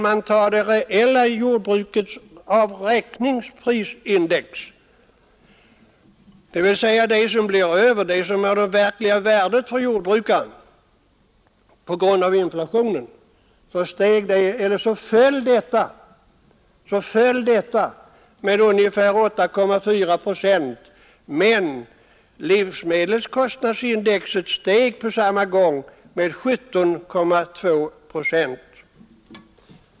Jordbrukets reella avräkningsprisindex, dvs. det som blir över och är den verkliga behållningen för jordbruket, sjönk under åren 1967 till 1970 med ungefär 8,4 procent, samtidigt som livsmedelskostnadsindex steg med 17,2 procent.